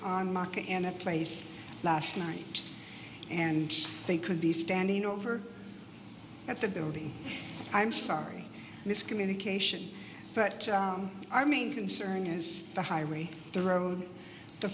in a place last night and they could be standing over at the building i'm sorry miscommunication but our main concern is the highway the road the